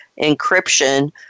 encryption